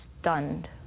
stunned